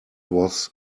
was